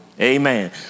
Amen